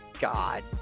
God